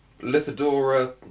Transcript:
Lithodora